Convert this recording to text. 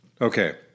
Okay